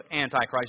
Antichrist